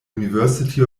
university